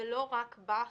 זה לא רק בא"ח,